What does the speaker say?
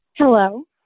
Hello